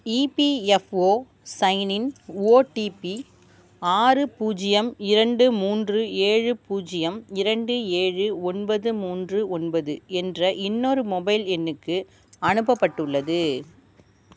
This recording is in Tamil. இபிஎஃப்ஓ சைன்இன் ஒடிபி ஆறு பூஜ்ஜியம் இரண்டு மூன்று ஏழு பூஜ்ஜியம் இரண்டு ஏழு ஒன்பது மூன்று ஒன்பது என்ற இன்னொரு மொபைல் எண்ணுக்கு அனுப்பப்பட்டுள்ளது